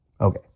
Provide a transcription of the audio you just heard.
Okay